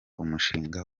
umushinga